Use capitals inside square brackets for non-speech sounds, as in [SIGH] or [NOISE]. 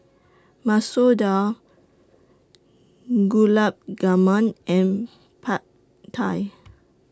Masoor Dal Gulab [UNINTELLIGIBLE] and Pad Thai